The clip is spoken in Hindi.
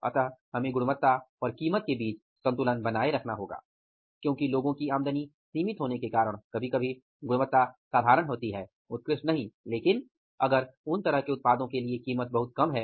अतः हमें गुणवत्ता और कीमत के बीच संतुलन बनाए रखना होगा क्योंकि लोगों की आमदनी सीमित होने के कारण कभी कभी गुणवत्ता साधारण है उत्कृष्ट नहीं लेकिन अगर उन तरह के उत्पादों के लिए कीमत बहुत कम है